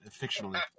fictionally